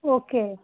okay